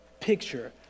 picture